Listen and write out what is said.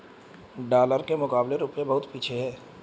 dollar के मुकाबले रूपया बहुत पीछे है